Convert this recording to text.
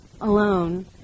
alone